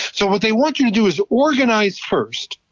so what they want you to do, is organize first.